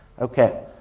okay